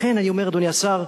ולכן אני אומר, אדוני השר,